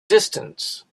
distance